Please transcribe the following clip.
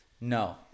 No